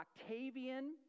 octavian